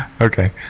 Okay